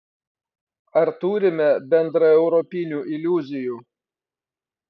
ar turime bendraeuropinių iliuzijų